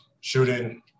shooting